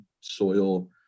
soil